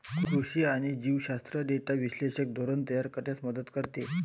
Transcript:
कृषी आणि जीवशास्त्र डेटा विश्लेषण धोरण तयार करण्यास मदत करते